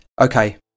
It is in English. Okay